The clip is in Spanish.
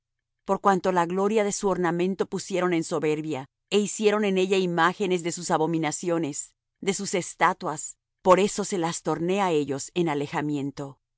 por cuanto la gloria de su ornamento pusieron en soberbia é hicieron en ella imágenes de sus abominaciones de sus estatuas por eso se la torné á ellos en alejamiento